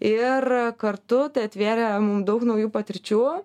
ir kartu tai atvėrė daug naujų patirčių